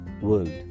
world